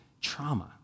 trauma